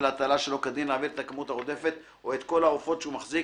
להטלה שלא כדין להעביר את הכמות העודפת או את כל העופות שהוא מחזיק,